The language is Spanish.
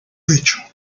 techo